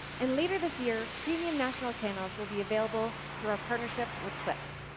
and later this year, premium national channels will be available through our partnership with clipped.